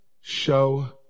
show